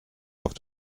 auf